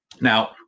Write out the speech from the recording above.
Now